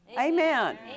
Amen